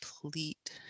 complete